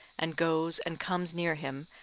and goes and comes near him,